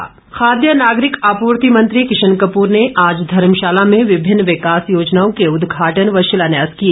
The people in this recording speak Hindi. किशन कपूर खाद्य नागरिक आपूर्ति मंत्री किशन कपूर ने आज धर्मशाला में विभिन्न विकास योजनाओं के उदघाटन व शिलान्यास किए